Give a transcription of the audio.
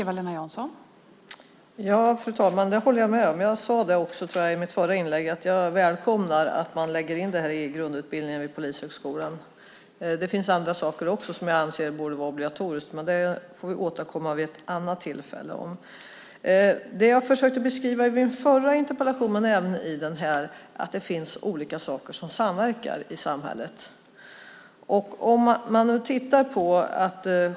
Fru talman! Det håller jag med om. Jag sade, tror jag, i mitt förra inlägg att jag välkomnar att man lägger in det här i grundutbildningen vid Polishögskolan. Det finns andra saker också som jag anser borde vara obligatoriska, men det får vi återkomma om vid ett annat tillfälle. Det jag försökte beskriva i min förra interpellation och även i den här är att det finns olika saker som samverkar i samhället.